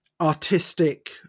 artistic